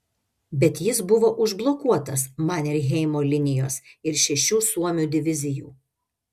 bet jis buvo užblokuotas manerheimo linijos ir šešių suomių divizijų